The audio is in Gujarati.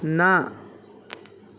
ના